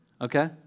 okay